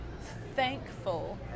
Thankful